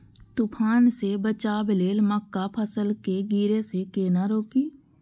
तुफान से बचाव लेल मक्का फसल के गिरे से केना रोकी?